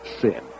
sin